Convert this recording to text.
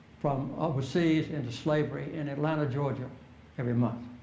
from overseas into slavery in atlanta, georgia every month